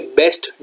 best